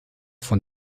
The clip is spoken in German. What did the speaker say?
von